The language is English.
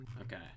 Okay